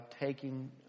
taking